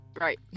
Right